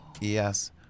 Yes